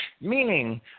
meaning